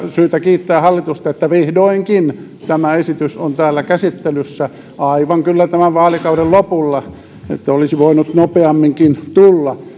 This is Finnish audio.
syytä kiittää hallitusta että vihdoinkin tämä esitys on täällä käsittelyssä aivan kyllä tämän vaalikauden lopulla eli olisi voinut nopeamminkin tulla